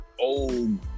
old